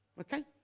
Okay